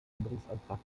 änderungsantrag